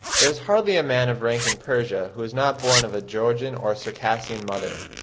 there is hardly a man of rank in persia who is not born of a georgian or circassian mother.